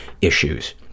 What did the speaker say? issues